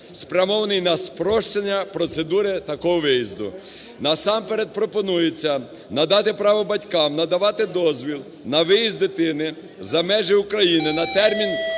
спрямований на спрощення процедури такого виїзду. Насамперед пропонується надати право батькам надавати дозвіл на виїзд дитини за межі України на термін